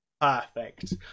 perfect